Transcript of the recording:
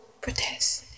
protest